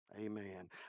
Amen